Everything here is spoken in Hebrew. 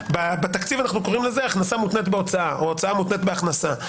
בתקציב אנחנו קוראים לזה: הכנסה מותנית בהוצאה או הוצאה מותנית בהכנסה.